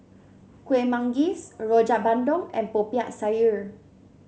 Kuih Manggis Rojak Bandung and Popiah Sayur